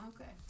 okay